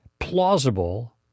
Plausible